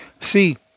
See